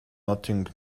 nothing